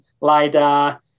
LIDAR